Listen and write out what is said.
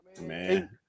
man